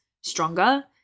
stronger